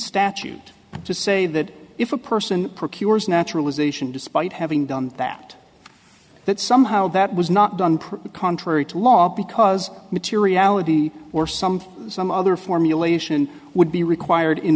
statute to say that if a person procures naturalization despite having done that that somehow that was not done properly contrary to law because materiality or something some other formulation would be required in